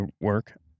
work